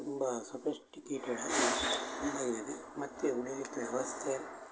ತುಂಬ ಸೊಫೆಸ್ಟಿಕೇಟೆಡ್ ಆಗಿ ಮತ್ತು ಉಳೀಲಿಕ್ಕೆ ವ್ಯವಸ್ಥೆ